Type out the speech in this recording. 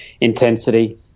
intensity